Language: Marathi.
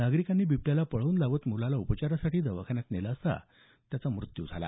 नागरिकांनी बिबट्याला पळवून लावत मुलाला उपचारासाठी दवाखान्यात नेत असताना त्याचा मृत्यू झाला